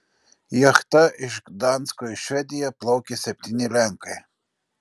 jachta iš gdansko į švediją plaukė septyni lenkai